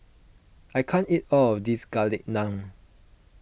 I can't eat all of this Garlic Naan